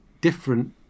different